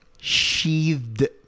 sheathed